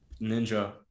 Ninja